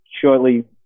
shortly